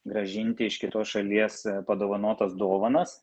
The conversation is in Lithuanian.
grąžinti iš kitos šalies padovanotas dovanas